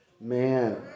man